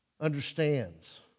understands